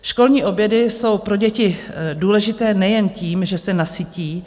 Školní obědy jsou pro děti důležité nejen tím, že se nasytí.